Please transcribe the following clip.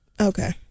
Okay